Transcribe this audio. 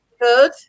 good